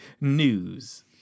news